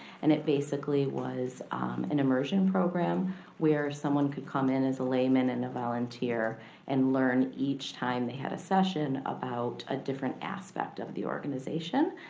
and it basically was an immersion program where someone could come in as a layman and a volunteer and learn, each time they had a session, about a different aspect of the organization.